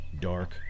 dark